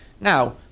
now